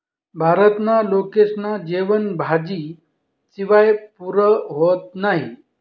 भारतना लोकेस्ना जेवन भाजी शिवाय पुरं व्हतं नही